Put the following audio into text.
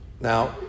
Now